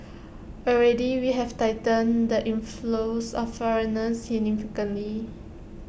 already we have tightened the inflows of foreigners significantly